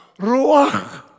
Ruach